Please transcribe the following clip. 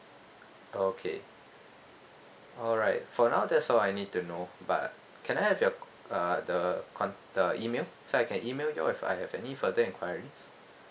okay alright for now that's all I need to know but can I have your uh the con~ the email so I can email you all if I have any further enquiries